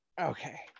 okay